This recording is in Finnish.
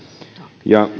ja